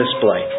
display